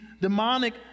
demonic